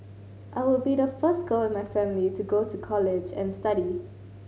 I would be the first girl in my family to go to college and study